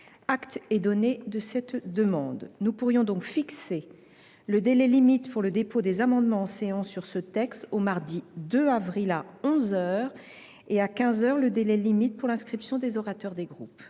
Acte est donné de cette demande. Nous pourrions fixer le délai limite pour le dépôt des amendements en séance sur ce texte au mardi 2 avril à onze heures, et à quinze heures le délai limite pour l’inscription des orateurs des groupes.